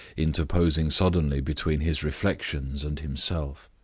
interposing suddenly between his reflections and himself.